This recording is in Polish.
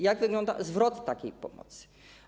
Jak wygląda zwrot takiej pomocy?